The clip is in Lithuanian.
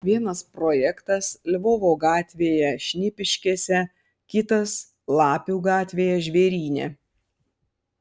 vienas projektas lvovo gatvėje šnipiškėse kitas lapių gatvėje žvėryne